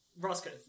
Roscoe